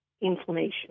inflammation